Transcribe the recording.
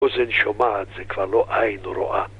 אוזן שומעת זה כבר לא היינו רואה.